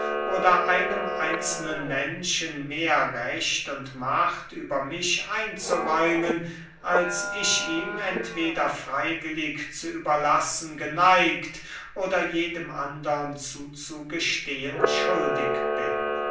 oder einem einzelnen menschen mehr recht und macht über mich einzuräumen als ich ihm entweder freywillig zu überlassen geneigt oder jedem andern zuzugestehen schuldig bin